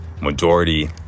majority